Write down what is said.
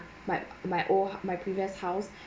my my old my previous house